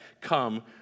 come